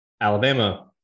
Alabama